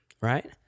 right